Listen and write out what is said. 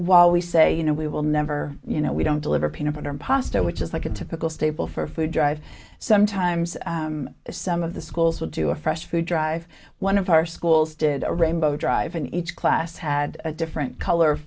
while we say you know we will never you know we don't deliver peanut butter and pasta which is like a typical staple for a food drive sometimes some of the schools would do a fresh food drive one of our schools did a rainbow drive in each class had a different color